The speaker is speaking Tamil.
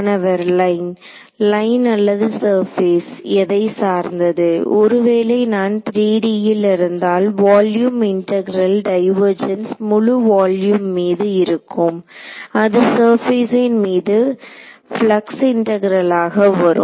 மாணவர் லைன் லைன் அல்லது சர்பேஸ் எதை சார்ந்தது ஒருவேளை நான் 3D ல் இருந்தால் வால்யூம் இன்டெகரெல் டைவர்ஜென்ஸ் முழு வால்யூம் மீது இருக்கும் அது சர்பேசின் மீது பிளக்ஸ் இன்டெகரெலாக வரும்